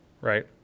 right